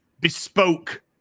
bespoke